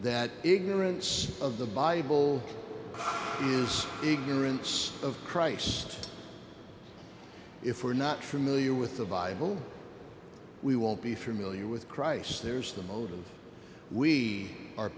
that ignorance of the bible is ignorance of christ if we are not familiar with the bible we will be familiar with christ there's the modem we are